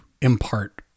impart